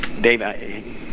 Dave